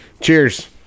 cheers